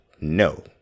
no